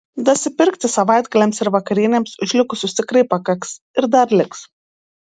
dasipirkti savaitgaliams ir vakarienėms už likusius tikrai pakaks ir dar liks